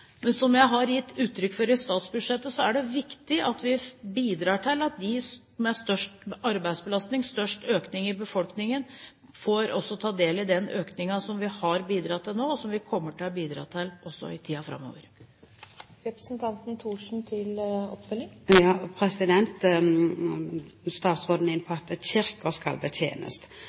Som jeg har gitt uttrykk for i forbindelse med statsbudsjettet, er det viktig at vi bidrar til at de som har størst arbeidsbelastning, og der det er størst økning i befolkningen, får ta del i den økningen som vi har bidratt til nå, og som vi kommer til å bidra til også i tiden framover.